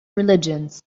religions